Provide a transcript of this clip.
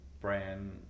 brand